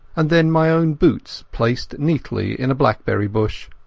and then my own boots placed neatly in a blaeberry bush.